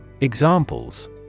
Examples